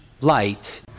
light